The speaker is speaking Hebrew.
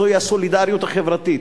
זוהי הסולידריות החברתית.